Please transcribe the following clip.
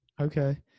Okay